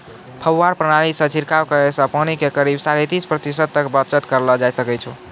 फव्वारा प्रणाली सॅ छिड़काव करला सॅ पानी के करीब साढ़े तीस प्रतिशत तक बचत करलो जाय ल सकै छो